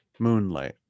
Moonlight